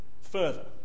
further